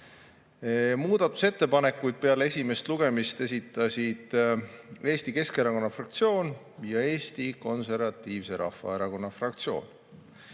Muudatusettepanekuid peale esimest lugemist esitasid Eesti Keskerakonna fraktsioon ja Eesti Konservatiivse Rahvaerakonna fraktsioon.